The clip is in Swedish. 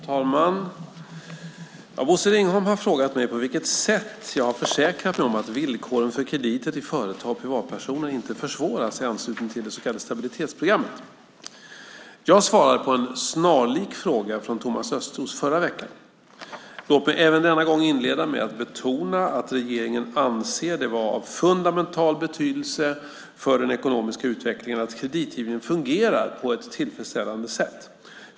Fru talman! Bosse Ringholm har frågat mig på vilket sätt jag har försäkrat mig om att villkoren för krediter till företag och privatpersoner inte försvåras i anslutning till det så kallade stabiliseringsprogrammet. Jag svarade på en snarlik fråga från Thomas Östros förra veckan. Låt mig även denna gång inleda med att betona att regeringen anser det vara av fundamental betydelse för den ekonomiska utvecklingen att kreditgivningen fungerar på ett tillfredsställande sätt.